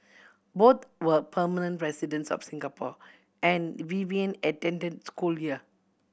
both were permanent residents of Singapore and Vivian attended school here